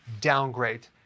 downgrade